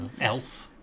elf